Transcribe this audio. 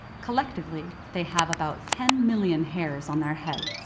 collectively, they have about ten million hairs on their heads.